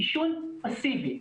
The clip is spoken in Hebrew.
מעישון פאסיבי,